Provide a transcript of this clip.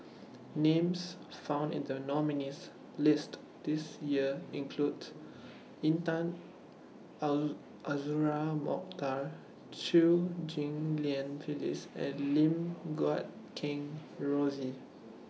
Names found in The nominees' list This Year include Intan Al Azura Mokhtar Chew Ghim Lian Phyllis and Lim Guat Kheng Rosie